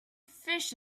fish